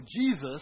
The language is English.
Jesus